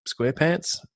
squarepants